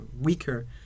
weaker